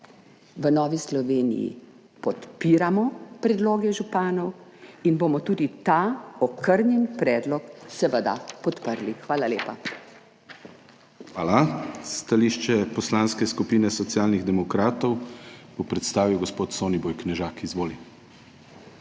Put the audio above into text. V Novi Sloveniji podpiramo predloge županov in bomo tudi ta okrnjen predlog seveda podprli. Hvala lepa. PODPREDSEDNIK DANIJEL KRIVEC: Hvala. Stališče Poslanske skupine Socialnih demokratov bo predstavil gospod Soniboj Knežak. Izvoli.